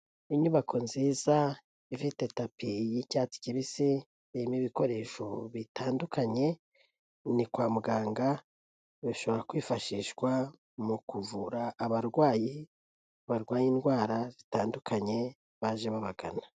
Inyubako nziza ifite tapi y'icyatsi kibisi, irimo ibikoresho bitandukanye ni kwa muganga, bishobora kwifashishwa mu kuvura abarwayi, barwaye indwara zitandukanye baje babagana.